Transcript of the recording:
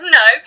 no